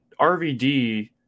RVD